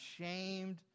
ashamed